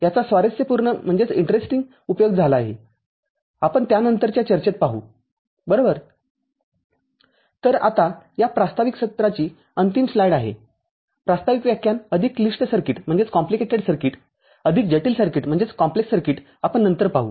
याचा स्वारस्यपूर्ण उपयोग झाला आहे आपण त्यानंतरच्या चर्चेत पाहू बरोबर तर आता या प्रास्ताविक सत्राची अंतिम स्लाइड आहे प्रास्ताविक व्याख्यान अधिक क्लिष्ट सर्किट अधिक जटिल सर्किट आपण नंतर पाहू